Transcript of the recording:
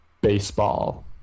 Baseball